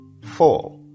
Four